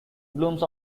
blooms